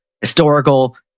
historical